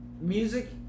music